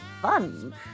fun